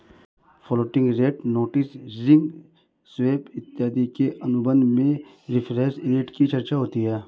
floating rate notes ring swap इत्यादि के अनुबंध में रेफरेंस रेट की चर्चा होती है